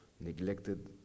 neglected